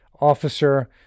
officer